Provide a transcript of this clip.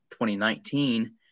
2019